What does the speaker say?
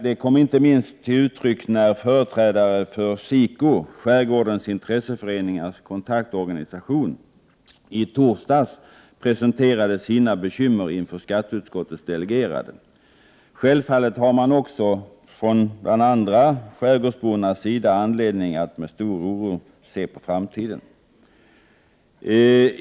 Detta kom inte minst till uttryck när företrädare för SIKO, skärgårdens intresseföreningars kontaktorganisation, i torsdags presenterade sina bekymmer inför skatteutskottets delegerade. Självfallet har man också från bl.a. skärgårdsbornas sida anledning att se med stor oro på framtiden.